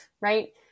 Right